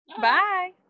Bye